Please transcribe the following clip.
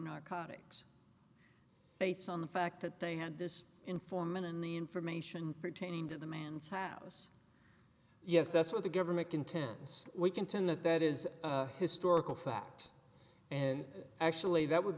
narcotics based on the fact that they had this informant in the information pertaining to the man's house yes that's what the government contends we contend that that is a historical fact and actually that would